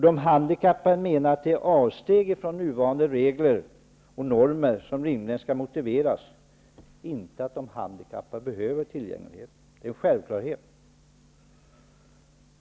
De handikappade menar att det är avstegen från nuvarande regler och normer som rimligen skall motiveras -- inte att de handikappade behöver tillgängligheten; det är en självklarhet.